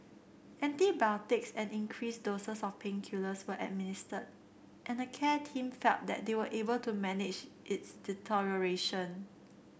antibiotics and increased doses of painkillers were administered and the care team felt that they were able to manage its deterioration